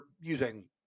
using